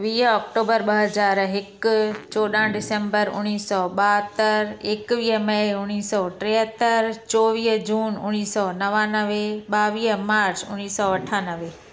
वीह अक्टूबर ॿ हज़ार हिकु चोॾहं डिसंबर उणिवीह सौ ॿाहतरि एकवीह मे उणिवीह सौ टेहतरि चोवीह जून उणिवीह सौ नवानवे ॿावीह मार्च उणिवीह सौ अठानवे